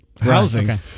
housing